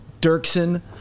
dirksen